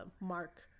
mark